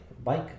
bike